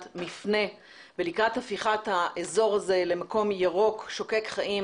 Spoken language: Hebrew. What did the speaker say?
מפנה ולקראת הפיכת האזור הזה למקום ירוק שוקק חיים,